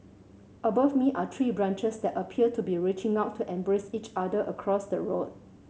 above me are tree branches that appear to be reaching out to embrace each other across the road